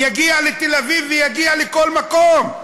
יגיעו לתל-אביב ויגיעו לכל מקום.